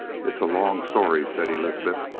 it's a long story, said elizabeth.